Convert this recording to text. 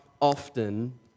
often